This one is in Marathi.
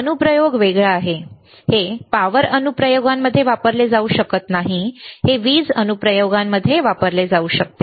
अनुप्रयोग वेगळा आहे हे पॉवर अनुप्रयोगांमध्ये वापरले जाऊ शकत नाही हे वीज अनुप्रयोगांमध्ये वापरले जाऊ शकते